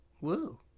Woo